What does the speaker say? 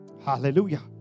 Hallelujah